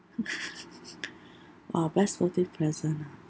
!wah! best birthday present ah